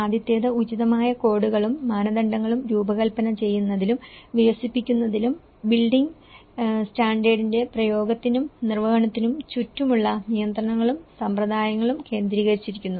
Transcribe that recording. ആദ്യത്തേത് ഉചിതമായ കോഡുകളും മാനദണ്ഡങ്ങളും രൂപകൽപ്പന ചെയ്യുന്നതിലും വികസിപ്പിക്കുന്നതിലും ബിൽഡിംഗ് സ്റ്റാൻഡേർഡിന്റെ പ്രയോഗത്തിനും നിർവ്വഹണത്തിനും ചുറ്റുമുള്ള നിയന്ത്രണങ്ങളും സമ്പ്രദായങ്ങളും കേന്ദ്രീകരിച്ചിരിക്കുന്നു